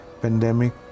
pandemic